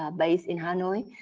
ah based in hanoi.